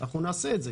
אנחנו נעשה את זה.